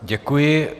Děkuji.